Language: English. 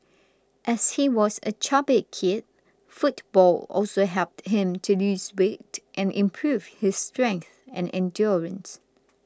as he was a chubby kid football also helped him to lose weight and improve his strength and endurance